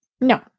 No